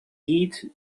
heed